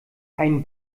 ein